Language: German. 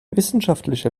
wissenschaftliche